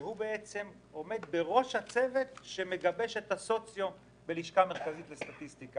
שהוא זה שעומד בראש הצוות שמגבש את הסוציו בלשכה המרכזית לסטטיסטיקה.